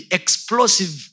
explosive